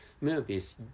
movies